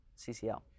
CCL